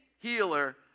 healer